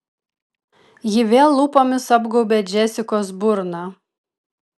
ji vėl lūpomis apgaubė džesikos burną